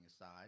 aside